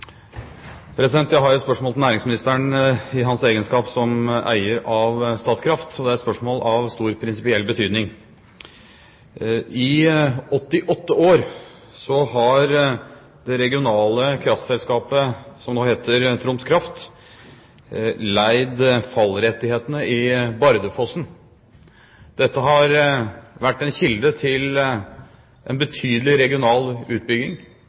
Jeg har et spørsmål til næringsministeren i hans egenskap som eier av Statkraft. Så det er et spørsmål av stor prinsipiell betydning. I 88 år har det regionale kraftselskapet som nå heter Troms Kraft, leid fallrettighetene i Bardufossen. Dette har vært en kilde til en betydelig regional utbygging.